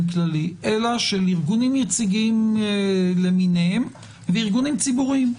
כללי אלא של ארגונים יציגים למיניהם וארגונים ציבוריים.